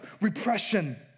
repression